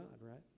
right